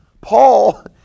Paul